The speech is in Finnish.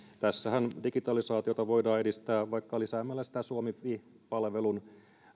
tässähän digitalisaatiota voidaan edistää vaikka lisäämällä suomi fi palvelun